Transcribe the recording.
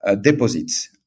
deposits